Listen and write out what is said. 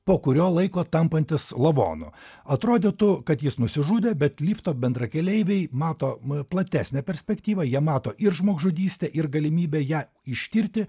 po kurio laiko tampantis lavonu atrodytų kad jis nusižudė bet lifto bendrakeleiviai mato platesnę perspektyvą jie mato ir žmogžudystę ir galimybę ją ištirti